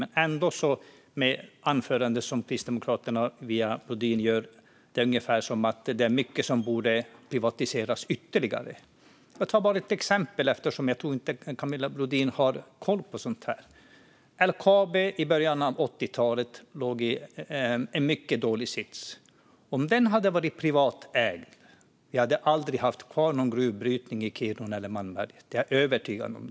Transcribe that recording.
Men ändå låter det i det anförandet som kristdemokraten Camilla Brodin håller som att det är mycket som behöver privatiseras ytterligare. Jag tar bara ett exempel, eftersom jag inte tror att Camilla Brodin har koll på sådant. LKAB var i början på 80-talet i en mycket dålig sits. Om det hade varit privatägt hade vi aldrig haft kvar någon gruvbrytning i Kiruna eller Malmberget. Det är jag övertygad om.